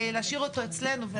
להשאיר אותו אצלנו.